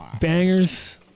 bangers